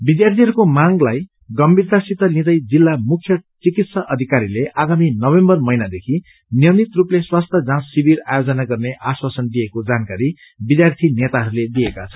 विद्यार्यीहरूको मागलाई गम्भीरतासित लिँदै जिल्ला मुख्य चिकित्सा अधिकारीले आगामी नवम्बर महिनादेखि नियमित रूपले स्वास्थ्य जाँच शिविर आयोजन गर्ने अश्वासन दिएको जानकारी विद्यार्थी नेताहरूले दिएका छन्